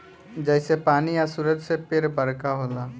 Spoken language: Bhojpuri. जइसे पानी आ सूरज से पेड़ बरका होला